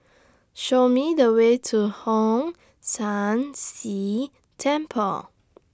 Show Me The Way to Hong San See Temple